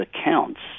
accounts